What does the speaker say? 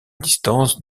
distance